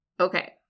Okay